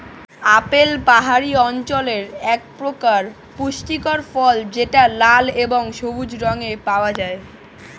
apple পাহাড়ি অঞ্চলের একপ্রকার পুষ্টিকর ফল যেটা লাল এবং সবুজ রঙে পাওয়া যায়